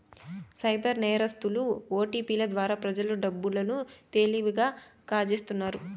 cyber నేరస్తులు ఓటిపిల ద్వారా ప్రజల డబ్బు లను తెలివిగా కాజేస్తున్నారు